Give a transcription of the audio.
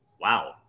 Wow